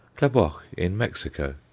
klaboch in mexico,